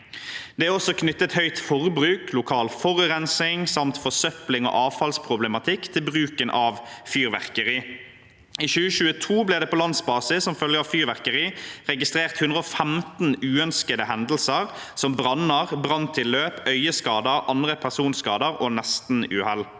Det er også knyttet høyt forbruk, lokal forurensing samt forsøpling og avfallsproblematikk til bruken av fyrverkeri. I 2022 ble det på landsbasis som følge av fyrverkeri registrert 115 uønskede hendelser, som branner, branntilløp, øyeskader, andre personskader og nestenuhell.